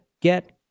get